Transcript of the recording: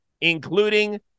including